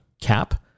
cap